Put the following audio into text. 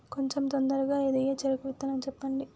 కొంచం తొందరగా ఎదిగే చెరుకు విత్తనం చెప్పండి?